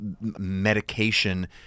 medication